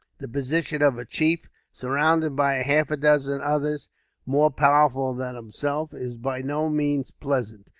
the position of a chief, surrounded by half a dozen others more powerful than himself, is by no means pleasant.